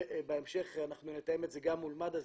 ובהמשך אנחנו נתאם את זה גם מול מד"א.